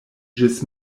ĝis